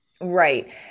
Right